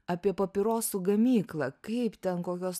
apie papirosų gamyklą kaip ten kokios